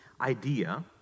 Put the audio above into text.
idea